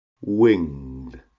winged